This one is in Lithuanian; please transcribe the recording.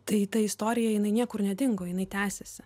tai ta istorija jinai niekur nedingo jinai tęsiasi